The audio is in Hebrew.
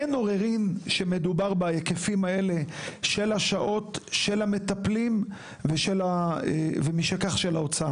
אין עוררין שמדובר בהיקפים האלה של השעות של המטפלים ומשכך של ההוצאה.